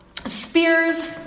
Spears